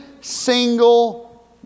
single